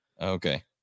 Okay